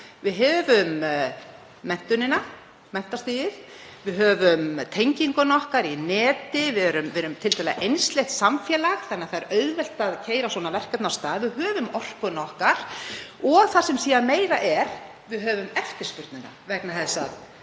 Við höfum menntunina, menntastigið. Við höfum tenginguna okkar í netið, við erum tiltölulega einsleitt samfélag þannig að það er auðvelt að keyra svona verkefni af stað. Við höfum orkuna okkar og það sem meira er, við höfum eftirspurnina, vegna þess að